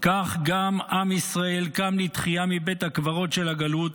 כך גם עם ישראל קם לתחייה מבית הקברות של הגלות,